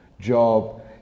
job